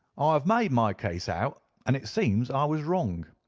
ah have made my case out, and it seems i was wrong.